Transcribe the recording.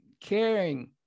caring